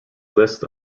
lists